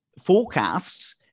forecasts